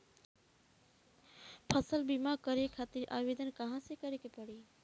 फसल बीमा करे खातिर आवेदन कहाँसे करे के पड़ेला?